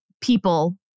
people